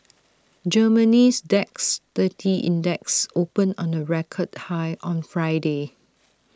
Germany's Dax thirty index opened on A record high on Friday